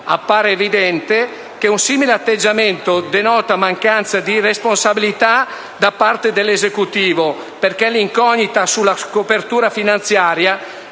Appare evidente che un simile atteggiamento denota mancanza di responsabilità da parte dell'Esecutivo, perché l'incognita sulla copertura finanziaria